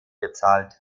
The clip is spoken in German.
gezahlt